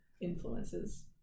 influences